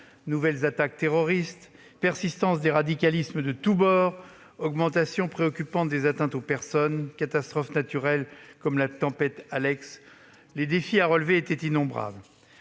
Nouvelles attaques terroristes, persistance des radicalismes de tous bords, augmentation préoccupante des atteintes aux personnes, catastrophes naturelles telles que la tempête Alex : les défis à relever étaient innombrables.